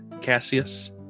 Cassius